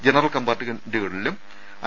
general കമ്പാർട്ടുമെന്റുകളിലും I